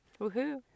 Woohoo